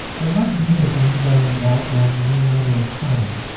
but much deeper things are involved than the mere matter of time.